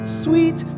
sweet